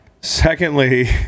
Secondly